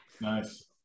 Nice